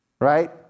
right